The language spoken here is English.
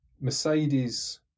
Mercedes